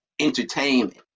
entertainment